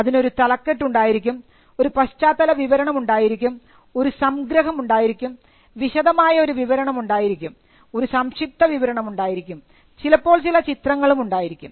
അതിനൊരു തലക്കെട്ട് ഉണ്ടായിരിക്കും ഒരു പശ്ചാത്തല വിവരണം ഉണ്ടായിരിക്കും ഒരു സംഗ്രഹം ഉണ്ടായിരിക്കും വിശദമായ ഒരു വിവരണം ഉണ്ടായിരിക്കും ഒരു സംക്ഷിപ്ത വിവരണം ഉണ്ടായിരിക്കും ചിലപ്പോൾ ചില ചിത്രങ്ങളും ഉണ്ടായിരിക്കും